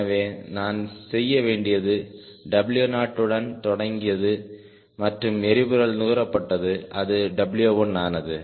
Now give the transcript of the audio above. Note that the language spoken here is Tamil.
எனவே நான் செய்ய வேண்டியது W0 உடன் தொடங்கியது மற்றும் எரிபொருள் நுகரப்பட்டது அது W1 ஆனது